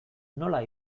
nola